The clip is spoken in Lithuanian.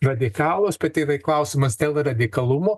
radikalūs bet yra klausimas dėl radikalumo